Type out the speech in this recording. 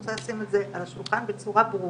אני רוצה לשים את זה על השולחן בצורה ברורה.